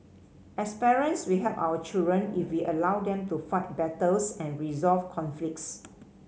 as parents we help our children if we allow them to fight battles and resolve conflicts